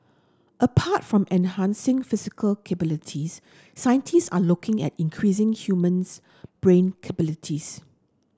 apart from enhancing physical capabilities scientist are looking at increasing human's brain capabilities